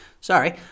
sorry